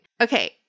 Okay